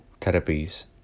therapies